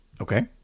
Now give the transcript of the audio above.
Okay